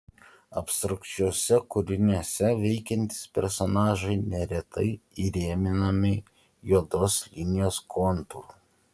abstrakčiuose kūriniuose veikiantys personažai neretai įrėminami juodos linijos kontūru